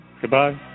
Goodbye